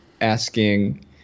asking